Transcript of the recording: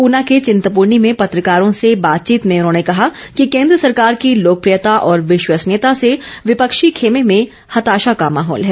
ऊना के चिंतपूर्णी में पत्रकारों से बातचीत में उन्होंने कहा कि केन्द्र सरकार की लोकप्रियता और विश्वसनीयता से विपक्षी खेमे में हताशा का माहौल है